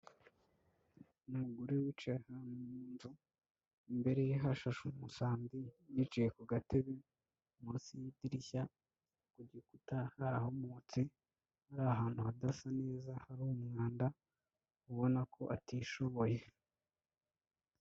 Umugore wicaye ahantu mu nzu, imbere ye hashasha umusambi yicaye ku gatebe, munsi y'idirishya ku gikuta harahumutse ari ahantu hadasa neza, hari umwanda ubona ko atishoboye.